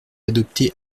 adopté